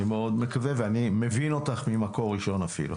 ואני גם מבין אותך ממקור ראשון אפילו.